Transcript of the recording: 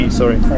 sorry